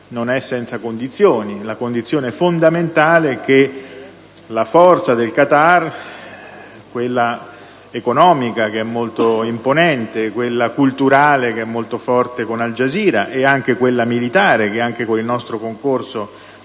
non è senza condizioni. La condizione fondamentale è che la forza del Qatar - quella economica che è molto imponente, quella culturale che è molto forte, con Al Jazeera, e anche quella militare, che anche con il nostro concorso